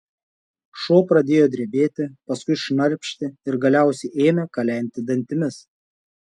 šuo pradėjo drebėti paskui šnarpšti ir galiausiai ėmė kalenti dantimis